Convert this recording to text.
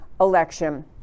election